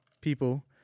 people